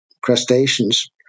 crustaceans